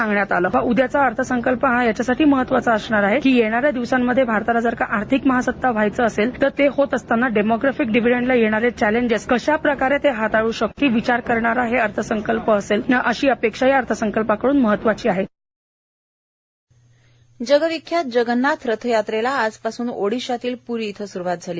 सरकार ज उदयाचं अर्थसंकल्प हा याचासाठी महत्वाचा असणार आहे की येणाऱ्या दिवसांमध्ये भारताला आर्थिक महासत्ता व्हायचं असेल तर ते होत असतांना डेमाग्रेफिक डिव्हिडंटला येणारे चक्रेजेस कश्या प्रकारे हाताळू शकतो यासाठी विचार करणारा हे अर्थसंकल्प असेल अशी अपेक्षा या अर्थसंकल्पाकडून महत्वाची आहे जगविख्यात जगन्नाथ रथयात्रेला आजपासून ओडिशातील प्री इथं सुरूवात झाली